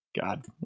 God